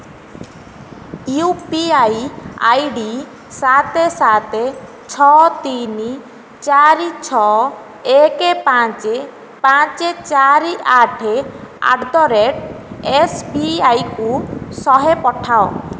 UPI ID ସାତ ସାତ ଛଅ ତିନି ଚାରି ଛଅ ଏକ ପାଞ୍ଚ ପାଞ୍ଚ ଚାରି ଆଠ ଆଟ୍ ଦ ରେଟ୍ ଏସବିଆଇ କୁ ଶହେ ପଠାଅ